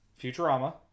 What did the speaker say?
Futurama